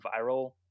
viral